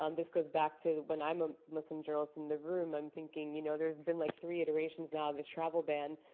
um this goes back to when i'm a muslim journalist in the room, i'm thinking, you know, there's been like three iterations now of this travel ban.